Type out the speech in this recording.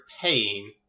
paying